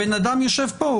האדם יושב פה.